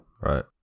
Right